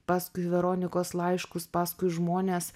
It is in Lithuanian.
paskui veronikos laiškus paskui žmones